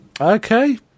Okay